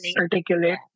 Articulate